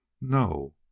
No